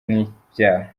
n’ibyaha